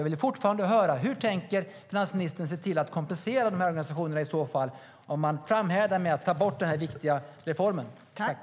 Jag vill fortfarande höra: Hur tänker finansministern se till att kompensera dessa organisationer om man framhärdar med att ta bort denna viktiga reform?